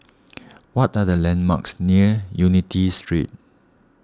what are the landmarks near Unity Street